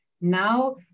Now